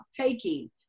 taking